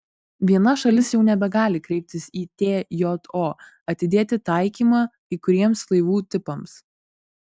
viena šalis jau nebegali kreiptis į tjo atidėti taikymą kai kuriems laivų tipams